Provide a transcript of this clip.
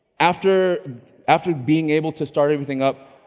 after after being able to start everything up,